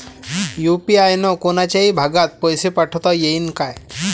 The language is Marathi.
यू.पी.आय न कोनच्याही भागात पैसे पाठवता येईन का?